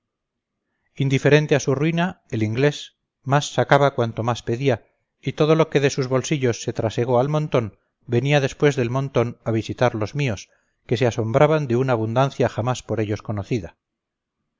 indiferente a su ruina el inglés más sacaba cuanto más perdía y todo lo que de sus bolsillos se trasegó al montón venía después del montón a visitar los míos que se asombraban de una abundancia jamás por ellos conocida